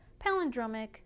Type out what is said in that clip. Palindromic